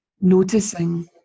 noticing